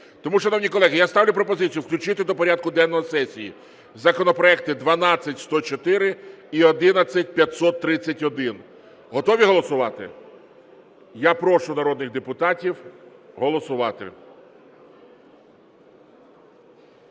Тому, шановні колеги, я ставлю пропозицію включити до порядку денного сесії законопроекти 12104 і 11531. Готові голосувати? Я прошу народних депутатів голосувати.